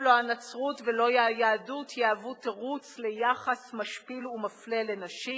לא הנצרות ולא היהדות יהוו תירוץ ליחס משפיל ומפלה לנשים.